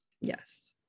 Yes